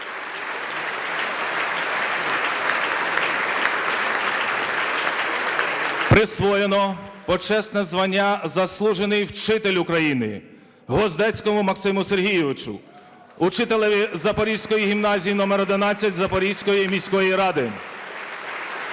Присвоєно почесне звання "Заслужений вчитель України": Гвоздецькому Максиму Сергійовичу, учителеві Запорізької гімназії №11 Запорізької міської ради;